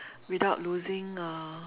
without losing uh